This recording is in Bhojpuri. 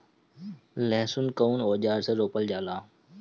लहसुन कउन औजार से रोपल जाला?